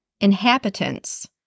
inhabitants